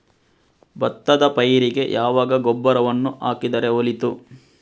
ಭತ್ತದ ಪೈರಿಗೆ ಯಾವಾಗ ಗೊಬ್ಬರವನ್ನು ಹಾಕಿದರೆ ಒಳಿತು?